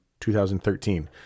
2013